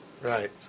Right